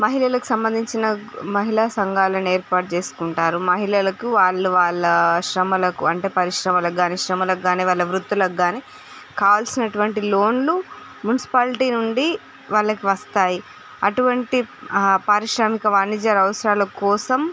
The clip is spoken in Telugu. మహిళలకి సంబంధించిన మహిళా సంఘాలను ఏర్పాటు చేసుకుంటారు మహిళలకు వాళ్ళు వాళ్ళ శ్రమలకు అంటే పరిశ్రమలకు కానీ శ్రమలకు కానీ వాళ్ళ వృత్తులకు కానీ కావాల్సినటువంటి లోన్లు మ్యునిసిపాలిటీ నుండి వాళ్ళకు వస్తాయి అటువంటి పారిశ్రామిక వాణిజ్య అవసరాల కోసం